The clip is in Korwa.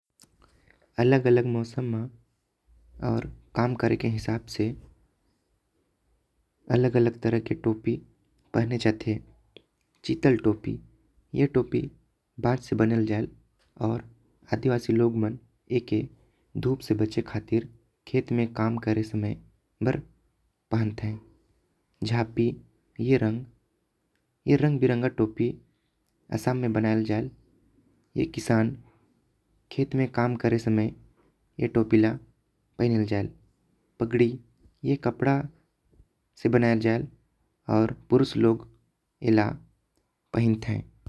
अलग अलग मौसम म आऊ काम करे। के हिसाब से अलग अलग तरह के टोपी पहने जाते। चीतल टोपी ए टोपी बांस से बनल जायल आऊ। आदिवासी लोग मन एके धूप से बचे खातिर खेत म काम करे। समय बर पहनते झांपि ये रंग रंग बिरंगा टोपी असम में बनैला जायल। ए किसान खेता में काम करे समय ए टोपी ल पैनल जायल पगड़ी। ए कपड़ा से बनैल जेल आऊ पुरुष लोग ऐला पहनते।